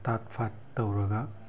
ꯇꯥꯠ ꯄꯥꯠ ꯇꯧꯔꯒ